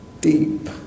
deep